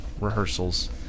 rehearsals